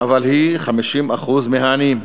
אבל היא 50% מהעניים.